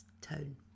tone